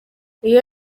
iyo